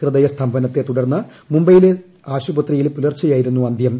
ഹൃദയസ്തംഭനത്തെ തുടർന്ന് മുംബൈയിലെ ആശുപത്രിയിൽ പുലർച്ചെയായിരുന്നു അന്ത്യം